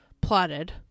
plotted